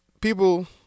people